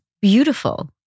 Beautiful